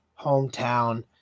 hometown